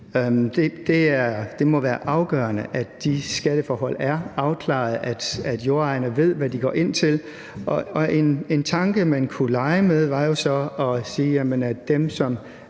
Det må være afgørende, at de skatteforhold er afklaret, at jordejerne ved, hvad de går ind til. En tanke, man kunne lege med, var jo så at sige, at der